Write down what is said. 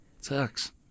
sucks